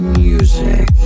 music